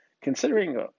considering